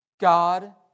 God